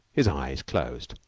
his eyes closed.